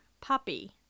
puppy